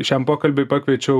šiam pokalbiui pakviečiau